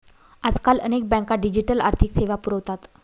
आजकाल अनेक बँका डिजिटल आर्थिक सेवा पुरवतात